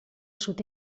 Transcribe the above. sud